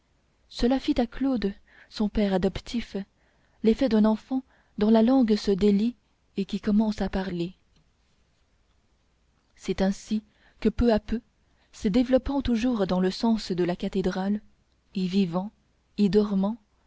cela fit à claude son père adoptif l'effet d'un enfant dont la langue se délie et qui commence à parler c'est ainsi que peu à peu se développant toujours dans le sens de la cathédrale y vivant y dormant